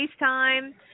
FaceTime